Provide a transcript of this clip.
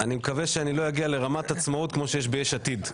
אני מקווה שאני לא אגיע לרמת עצמאות כמו שיש ב"יש עתיד",